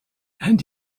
and